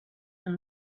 and